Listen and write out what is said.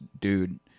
dude